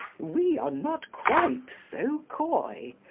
we are not quite so coy,